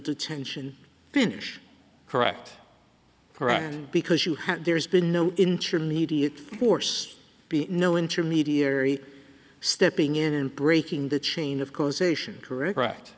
detention finish correct correct because you have there's been no intermediate course being no intermediary stepping in and breaking the chain of causation correct